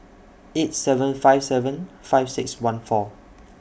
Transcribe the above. eight seven five seven five six one four